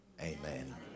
Amen